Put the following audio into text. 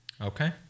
Okay